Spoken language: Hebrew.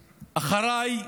"אחריי",